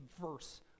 verse